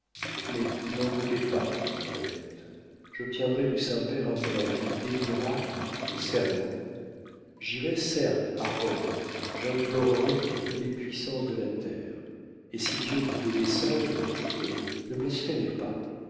mais n'en doutez pas antoinette j'obtiendrai du saint-père un bref qui déliera vos serments j'irai certes à rome j'implorerai toutes les puissances de la terre et si dieu pouvait descendre je le ne blasphémez pas